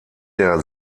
der